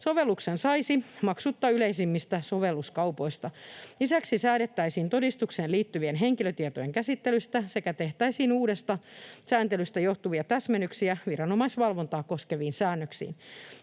Sovelluksen saisi maksutta yleisimmistä sovelluskaupoista. Lisäksi säädettäisiin todistukseen liittyvien henkilötietojen käsittelystä sekä tehtäisiin uudesta sääntelystä johtuvia täsmennyksiä viranomaisvalvontaa koskeviin säännöksiin.